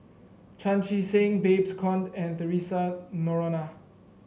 Chan Chee Seng Babes Conde and Theresa Noronha